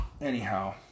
anyhow